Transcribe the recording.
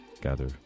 gather